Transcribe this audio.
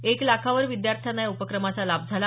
एक लाखावर विद्यार्थ्यांना या उपक्रमाचा लाभ झाला